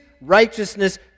righteousness